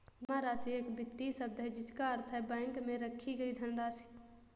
जमा राशि एक वित्तीय शब्द है जिसका अर्थ है बैंक में रखी गई धनराशि